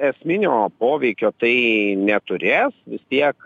esminio poveikio tai neturės vis tiek